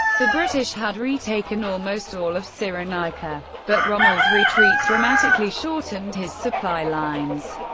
the british had retaken almost all of so cyrenaica, but rommel's retreat dramatically shortened his supply lines.